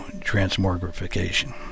transmogrification